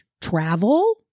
travel